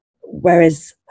whereas